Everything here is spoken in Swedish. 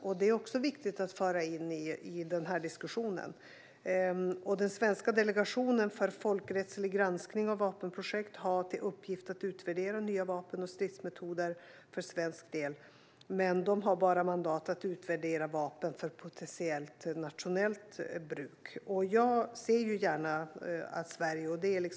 Detta är också viktigt att föra in i diskussionen. Den svenska Delegationen för folkrättslig granskning av vapenprojekt har till uppgift att utvärdera nya vapen och stridsmetoder för svensk del, men de har bara mandat att utvärdera vapen för potentiellt nationellt bruk.